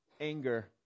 anger